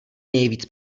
nejvíc